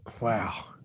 Wow